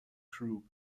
group